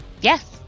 Yes